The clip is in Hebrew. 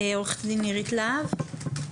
עורכת דין נירית להב,